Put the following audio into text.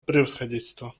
превосходительство